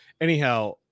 Anyhow